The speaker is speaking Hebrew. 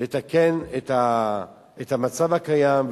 לתקן את המצב הקיים,